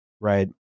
Right